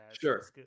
Sure